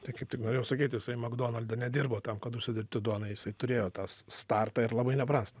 tai kaip tik norėjau sakyt jisai makdonalde nedirbo tam kad užsidirbti duonai jisai turėjo tą startą ir labai neprastą